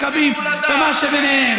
מכבים ומה שביניהם,